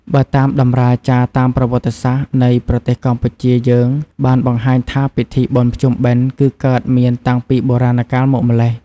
បើតាមតម្រាចារតាមប្រវត្តិសាស្ត្រនៃប្រទេសកម្ពុជាយើង បានបង្ហាញថាពិធីបុណ្យភ្ជុំបិណ្ឌ គឺកើតមានតាំងពីបុរាណកាលមកម្ល៉េះ។